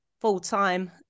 full-time